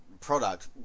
product